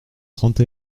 trente